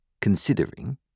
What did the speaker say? considering